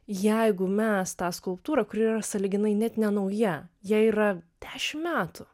jeigu mes tą skulptūrą kuri yra sąlyginai net nenauja jai yra dešimt metų